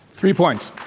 three points